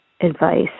advice